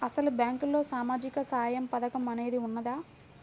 అసలు బ్యాంక్లో సామాజిక సహాయం పథకం అనేది వున్నదా?